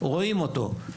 רואים אותו,